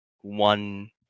one